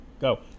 Go